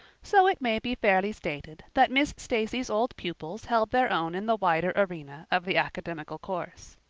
so it may be fairly stated that miss stacy's old pupils held their own in the wider arena of the academical course.